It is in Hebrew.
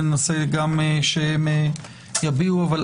וננסה שגם הם יביעו דעתם,